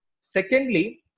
Secondly